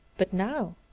but now.